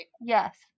Yes